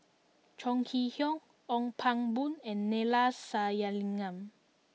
Chong Kee Hiong Ong Pang Boon and Neila Sathyalingam